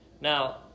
now